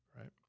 right